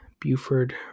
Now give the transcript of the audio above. Buford